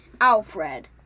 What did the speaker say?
alfred